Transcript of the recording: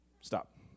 stop